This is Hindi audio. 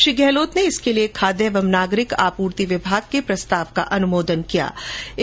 श्री गहलोत ने इसके लिए खाद्य और नागरिक आपूर्ति विभाग के प्रस्ताव का अनुमोदन कर दिया है